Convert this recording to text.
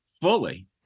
fully